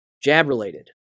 Jab-related